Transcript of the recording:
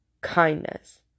Kindness